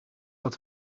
dat